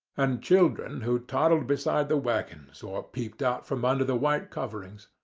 and children who toddled beside the waggons so or peeped out from under the white coverings.